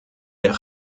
der